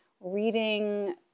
reading